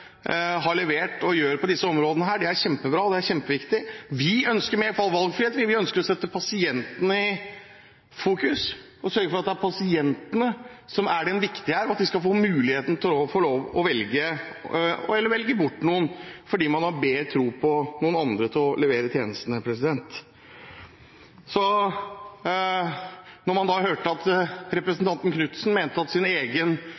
har levert og gjør på disse områdene, er kjempebra og kjempeviktig. Vi ønsker mer valgfrihet. Vi ønsker å sette pasientene i fokus og sørge for at det er pasientene som er de viktige her, at de skal få mulighet til å få velge eller velge bort noe fordi de har bedre tro på andre til å levere tjenestene. Da man hørte representanten Knutsen mene at egen